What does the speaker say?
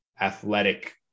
athletic